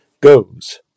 Goes